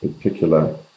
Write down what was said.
particular